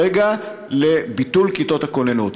היא ביטול כיתות הכוננות.